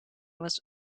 was